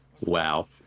Wow